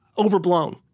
Overblown